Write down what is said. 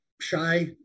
shy